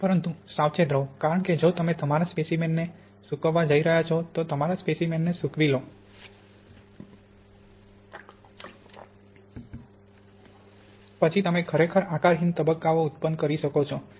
પરંતુ સાવચેત રહો કારણ કે જો તમે તમારા સ્પેસીમેનને સૂકવવા જઇ રહ્યા છો તો તમારા સ્પેસીમેનને સૂકવી લો પછી તમે ખરેખર આકારહીન તબક્કાઓ ઉત્પન્ન કરી શકે છે